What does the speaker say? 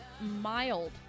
mild